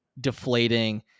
deflating